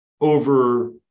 over